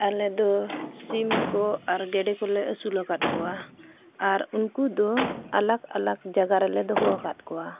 ᱟᱞᱮ ᱫᱚ ᱥᱤᱢ ᱠᱚ ᱟᱨ ᱜᱮᱰᱮ ᱠᱚᱞᱮ ᱟᱹᱥᱩᱞ ᱟᱠᱟᱫ ᱠᱚᱣᱟ ᱟᱨ ᱩᱱᱠᱩ ᱫᱚ ᱟᱞᱟᱠ ᱟᱞᱟᱠ ᱡᱟᱜᱟ ᱨᱮᱞᱮ ᱫᱚᱦᱚ ᱟᱠᱟᱫ ᱠᱚᱣᱟ